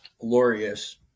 glorious